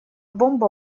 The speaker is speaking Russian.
бомба